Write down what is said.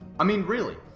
i mean really,